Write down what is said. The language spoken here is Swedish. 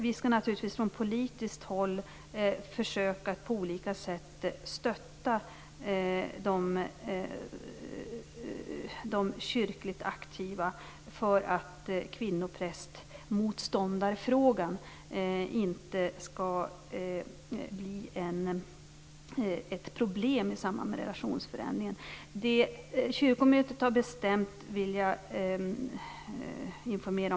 Vi skall naturligtvis från politiskt håll försöka att på olika sätt stötta de kyrkligt aktiva för att kvinnoprästmotståndarfrågan inte skall bli ett problem i samband med relationsförändringen. Jag vill informera om vad kyrkomötet har bestämt.